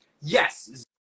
Yes